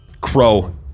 crow